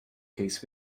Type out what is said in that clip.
case